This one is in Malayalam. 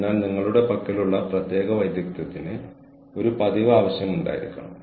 അതിനാൽ ഈ കാര്യങ്ങളെല്ലാം ഇപ്പോൾ ബന്ധിപ്പിച്ചിരിക്കുന്നു